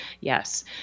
Yes